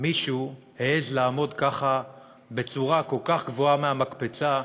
מישהו העז לעמוד ככה בצורה כל כך גבוהה על המקפצה,